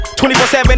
24-7